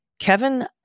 Kevin